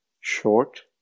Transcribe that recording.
short